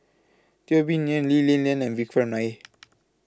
Teo Bee Yen Lee Li Lian and Vikram Nair